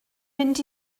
mynd